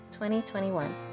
2021